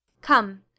Come